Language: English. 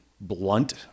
blunt